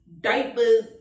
diapers